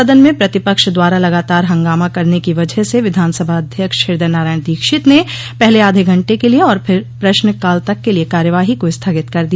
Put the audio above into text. सदन में प्रतिपक्ष द्वारा लगातार हंगामा करने की वजह से विधानसभा अध्यक्ष हृदय नारायण दीक्षित ने पहले आधे घंटे के लिए और फिर प्रश्न काल तक के लिए कार्यवाही का स्थगित कर दिया